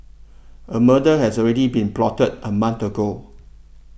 a murder had already been plotted a month ago